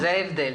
זה ההבדל.